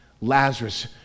Lazarus